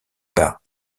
par